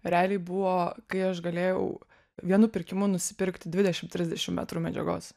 realiai buvo kai aš galėjau vienu pirkimu nusipirkti dvidešim trisdešim metrų medžiagos